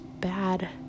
bad